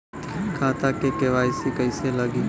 खाता में के.वाइ.सी कइसे लगी?